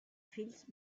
fills